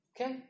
Okay